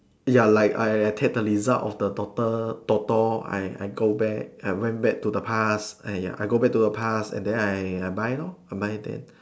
ya like I I take the result of the toto toto I I go back I went back to the past eh I go back to the past and then I I buy lor I buy then